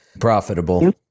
profitable